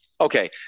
okay